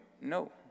no